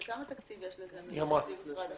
כמה תקציב יש לזה מתקציב משרד החקלאות?